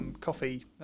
coffee